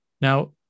Now